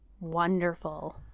wonderful